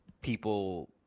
people